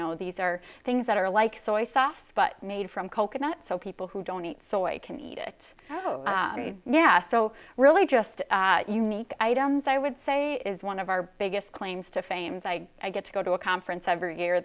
know these are things that are like soy sauce but made from coconut so people who don't eat soy can eat it oh yeah so really just unique items i would say is one of our biggest claims to fame is i get to go to a conference every year